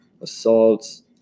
assaults